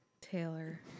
Taylor